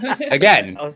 again